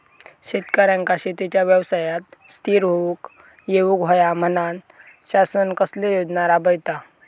शेतकऱ्यांका शेतीच्या व्यवसायात स्थिर होवुक येऊक होया म्हणान शासन कसले योजना राबयता?